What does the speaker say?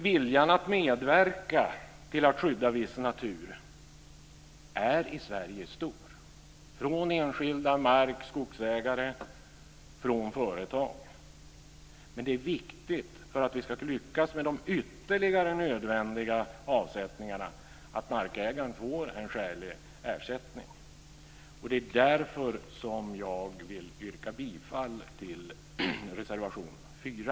Viljan att medverka till att skydda viss natur är stor i Sverige - hos enskilda mark och skogsägare och hos företag. Det är viktigt för att lyckas med de ytterligare nödvändiga avsättningarna att markägaren får en skälig ersättning. Det är därför som jag vill yrka bifall till reservation 4.